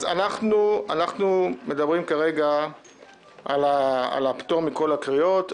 אנחנו מדברים כרגע על הפטור מכל הקריאות.